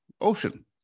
ocean